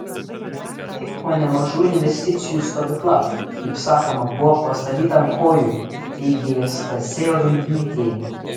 tik po nemažų investicijų stovykla kaip sakoma buvo pastatyta ant kojų teigė stasė ruibytė